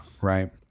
right